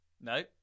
No